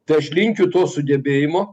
tai aš linkiu to sugebėjimo